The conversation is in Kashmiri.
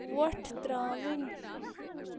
وۄٹھ ترٛاوٕنۍ